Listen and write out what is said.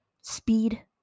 speed